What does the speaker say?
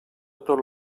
tot